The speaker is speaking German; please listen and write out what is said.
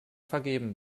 vergeben